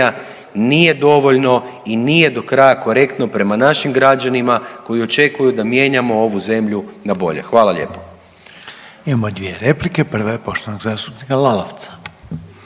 nije dovoljno i nije do kraja korektno prema našim građanima koji očekuju da mijenjamo ovu zemlju na bolje. Hvala lijepo. **Reiner, Željko (HDZ)** Imamo dvije replike. Prva je poštovanog zastupnika Lalovca.